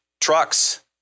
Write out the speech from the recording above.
Trucks